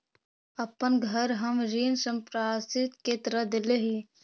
अपन घर हम ऋण संपार्श्विक के तरह देले ही